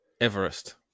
Everest